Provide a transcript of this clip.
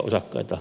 puhemies